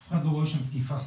אף אחד לא רואה שם תקיפה סתם.